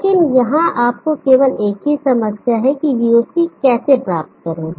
लेकिन यहाँ आपको केवल एक ही समस्या है कि voc कैसे प्राप्त करें